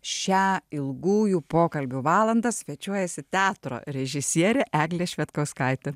šią ilgųjų pokalbių valandą svečiuojasi teatro režisierė eglė švedkauskaitė